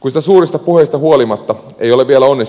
kun sitä suurista puheista huolimatta ei ole vielä onnistuttu tekemään